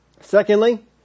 Secondly